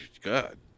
God